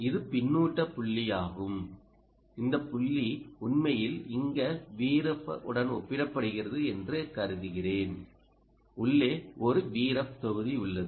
இது பின்னூட்ட புள்ளியாகும் இந்த புள்ளி உண்மையில் இங்கே Vref உடன் ஒப்பிடப்படுகிறது என்று கருதுகிறேன் உள்ளே ஒரு Vref தொகுதி உள்ளது